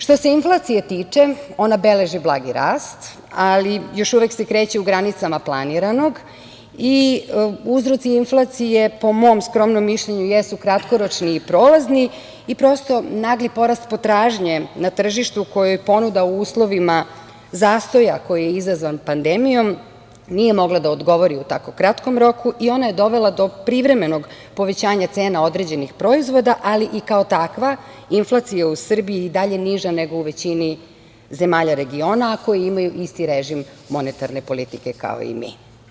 Što se inflacije tiče ona beleži blagi rast, ali još uvek se kreće u granicama planiranog i uzroci inflacije po mom skromnom mišljenju jesu kratkoročni i prolazni i prosto nagli porast potražnje na tržištu kojoj ponuda u uslovima zastoja koji je izazvan pandemijom nije mogla da odgovori u tako kratkom roku i ona je dovela do privremenog povećanja cena određenih proizvoda, ali i kao takva inflacija u Srbiji je i dalje niža nego u većini zemalja regiona, a koje imaju isti režim monetarne politike kao i mi.